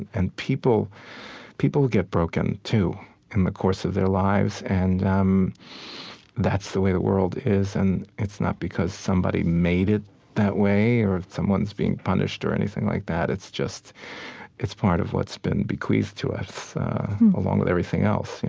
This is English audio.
and people people get broken too in the course of their lives. and um that's the way the world is. and it's not because somebody made it that way or someone's being punished or anything like that. it's just part of what's been bequeathed to us along with everything else.